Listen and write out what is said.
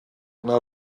yna